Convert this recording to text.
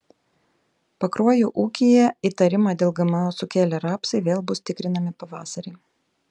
pakruojo ūkyje įtarimą dėl gmo sukėlę rapsai vėl bus tikrinami pavasarį